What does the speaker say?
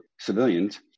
civilians